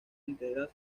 enteras